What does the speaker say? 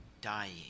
dying